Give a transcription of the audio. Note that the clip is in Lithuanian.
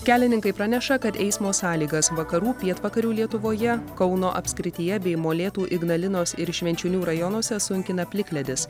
kelininkai praneša kad eismo sąlygas vakarų pietvakarių lietuvoje kauno apskrityje bei molėtų ignalinos ir švenčionių rajonuose sunkina plikledis